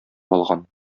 алган